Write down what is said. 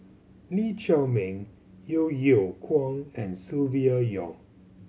Lee Chiaw Meng Yeo Yeow Kwang and Silvia Yong